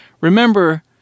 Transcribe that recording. remember